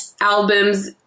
albums